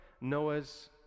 Noah's